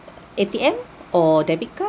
A_T_M or debit card